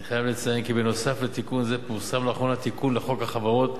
יש לציין כי נוסף על תיקון זה פורסם לאחרונה תיקון לחוק החברות,